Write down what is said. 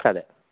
അതെ